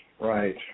right